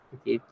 Okay